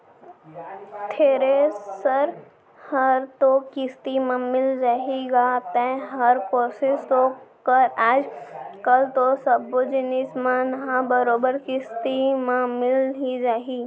thresher हर तो किस्ती म मिल जाही गा तैंहर कोसिस तो कर आज कल तो सब्बो जिनिस मन ह बरोबर किस्ती म मिल ही जाथे